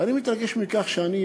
ואני מתרגש מכך כי אני,